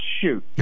shoot